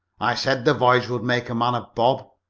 i said the voyage would make a man of bob,